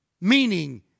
Meaning